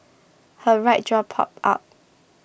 her right jaw popped out